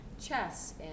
chess